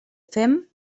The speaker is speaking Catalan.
fem